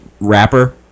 rapper